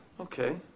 Okay